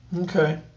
Okay